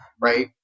right